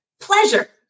pleasure